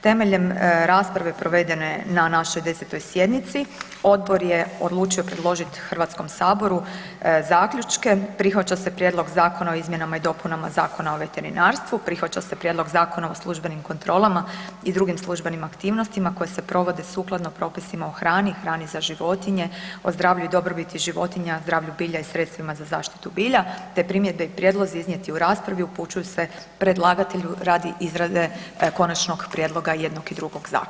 Temeljem rasprave provedene na našoj 10. sjednici, odbor je odlučio predložiti HS-u zaključke: prihvaća se prijedlog zakona o izmjenama i dopunama Zakona o veterinarstvu; prihvaća se prijedlog Zakona o službenim kontrolama i drugim službenim aktivnostima koje se provode sukladno propisima o hrani, hrani za životinje, o zdravlju i dobrobiti životinja, zdravlju bilja i sredstvima za zaštitu bilja; te primjedbe i prijedlozi iznijeti u raspravu upućuju se predlagatelju radi izrade konačnog prijedloga jednog i drugog zakona.